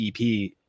EP